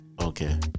okay